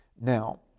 Now